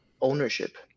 ownership